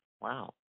Wow